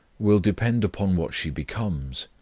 will depend upon what she becomes.